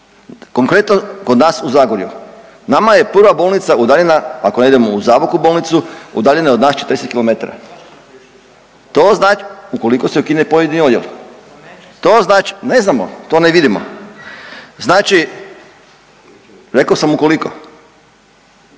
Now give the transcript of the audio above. Konkretno kod nas u Zagorju nama je prva bolnica udaljena ako ne idemo u Zabok u bolnicu udaljena je od nas 40 kilometara ukoliko se ukine pojedini odjel. To znači …… /Upadica se ne razumije./ … To ne znamo. To ne vidimo. Znači, rekao sam ukoliko.